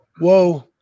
Whoa